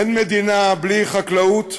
אין מדינה בלי חקלאות,